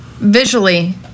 Visually